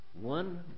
one